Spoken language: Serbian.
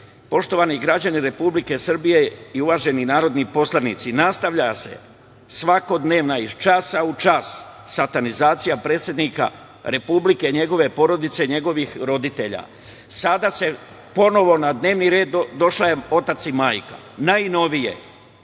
poštovani građani Republike Srbije i uvaženi narodni poslanici, nastavlja se svakodnevna, iz časa u čas satanizacija predsednika Republike, njegove porodice, njegovih roditelja. Sada su ponovo na dnevni red došli otac i majka. Najnovije,